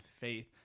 faith